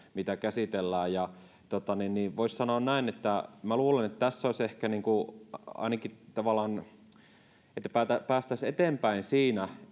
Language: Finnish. mitä käsitellään ja voisi sanoa näin minä luulen että tässä olisi ehkä ainakin tavallaan se että päästäisiin eteenpäin siinä